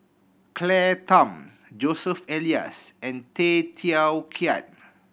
Claire Tham Joseph Elias and Tay Teow Kiat